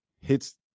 Hits